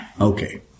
okay